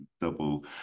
double